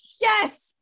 yes